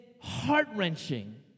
heart-wrenching